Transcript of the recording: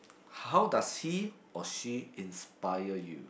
how does he or she inspire you